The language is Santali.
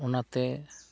ᱚᱱᱟᱛᱮ